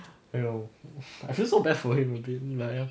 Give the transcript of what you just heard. !aiyo! I feel so bad for him you blame him like ah